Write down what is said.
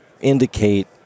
indicate